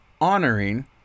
honoring